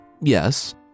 yes